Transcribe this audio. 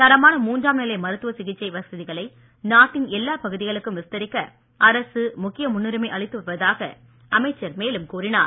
தரமான மூன்றாம் நிலை மருத்துவ சிகிச்சை வசதிகளை நாட்டின் எல்லா பகுதிகளுக்கும் விஸ்தரிக்க அரசு முக்கிய முன்னுரிமை அளித்து வருவதாக அமைச்சர் மேலும் கூறினார்